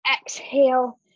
Exhale